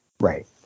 Right